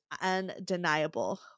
undeniable